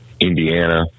Indiana